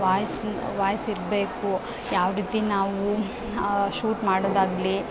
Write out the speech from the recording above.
voice voice ಇರಬೇಕು ಯಾವ ರೀತಿ ನಾವು ಶೂಟ್ ಮಾಡೋದಾಗಲಿ